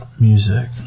music